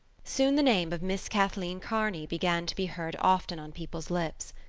soon the name of miss kathleen kearney began to be heard often on people's lips.